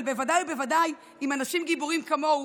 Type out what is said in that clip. אבל ודאי ובוודאי עם אנשים גיבורים כמוהו.